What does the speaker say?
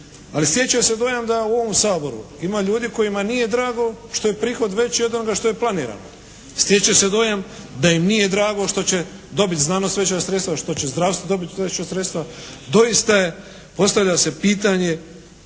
Ali stječe se dojam da u ovom Saboru ima ljudi kojima nije drago što je prihod veći od onoga što je planirano. Stječe se dojam da im nije drago što će dobit znanost veća sredstva, što će zdravstvo dobit veća sredstva. Doista postavlja se pitanje